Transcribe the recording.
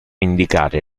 indicare